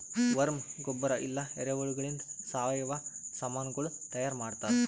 worm ಗೊಬ್ಬರ ಇಲ್ಲಾ ಎರೆಹುಳಗೊಳಿಂದ್ ಸಾವಯವ ಸಾಮನಗೊಳ್ ತೈಯಾರ್ ಮಾಡ್ತಾರ್